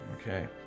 Okay